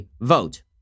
vote